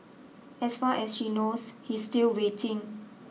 as far as she knows he's still waiting